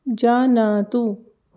जानातु